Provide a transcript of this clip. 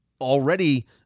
already